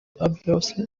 obviously